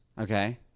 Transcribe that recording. Okay